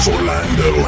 Orlando